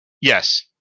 Yes